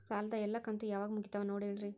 ಸಾಲದ ಎಲ್ಲಾ ಕಂತು ಯಾವಾಗ ಮುಗಿತಾವ ನೋಡಿ ಹೇಳ್ರಿ